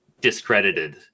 discredited